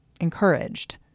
encouraged